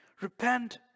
Repent